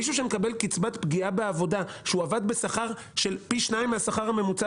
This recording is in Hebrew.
או למשל מישהו שעבד בשכר ממוצע פי שניים מהשכר הממוצע